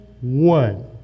one